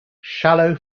shallow